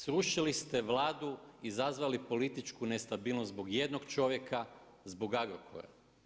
Srušili ste Vladu, izazvali političku nestabilnost zbog jednog čovjeka, zbog Agrokora?